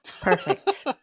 Perfect